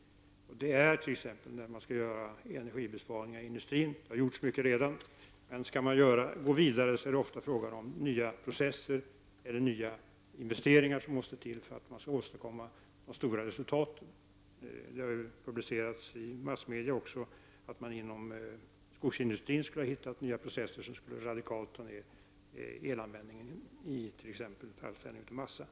Många energibesparingar har redan gjorts inom industrin, men när industrin skall gå vidare måste ofta nya processer eller investeringar ske för att åstadkomma stora resultat. Det har framgått i massmedia att man inom skogsindustrin skulle ha hittat nya processer som radikalt skulle minska elanvändningen vid framställning av t.ex. massa.